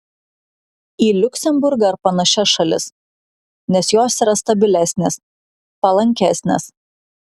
į liuksemburgą ar panašias šalis nes jos yra stabilesnės palankesnės